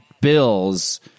bills